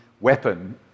weapon